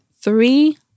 three